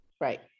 Right